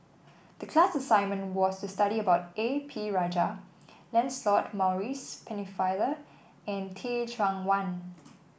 the class assignment was to study about A P Rajah Lancelot Maurice Pennefather and Teh Cheang Wan